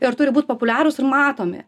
ir turi būt populiarūs ir matomi